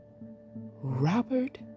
Robert